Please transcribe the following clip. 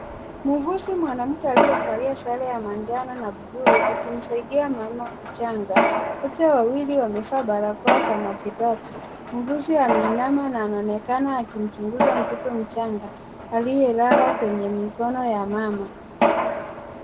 Muuguzi mwanamke aliyevalia sare ya manjano na bluu akimsaidia mama mchanga. Wote wawili wamevaa barakoa za matibabu. Muuguzi ameinama na anaonekana akimchunguza mtoto mchanga aliyelala kwenye mikono ya mama.